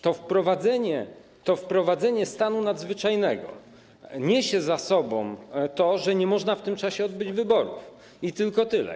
To wprowadzenie stanu nadzwyczajnego niesie za sobą to, że nie można w tym czasie odbyć wyborów, i tylko tyle.